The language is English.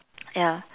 ya